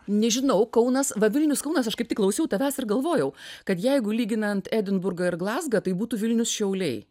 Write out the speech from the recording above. nežinau kaunas va vilnius kaunas aš kaip tik klausiau tavęs ir galvojau kad jeigu lyginant edinburgą ir glazgą tai būtų vilnius šiauliai